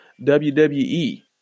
WWE